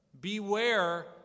beware